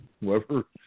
Whoever